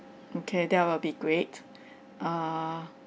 okay that will be great err